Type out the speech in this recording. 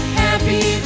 happy